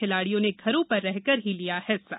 खिलाड़ियों ने घरों पर रहकर ही लिया हिस्सा